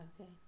Okay